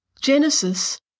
Genesis